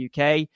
UK